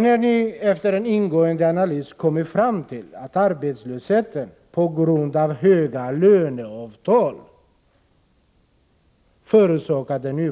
När ni efter en ingående analys kommit fram till att arbetslösheten förorsakas av höga löneavtal, föreslår ni